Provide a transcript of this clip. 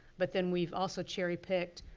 but then we've also cherry-picked,